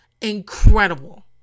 Incredible